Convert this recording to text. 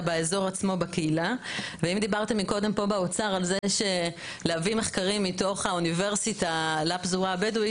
והדבר גם לא עוזר לקיום מחקרים נוספים בנושא.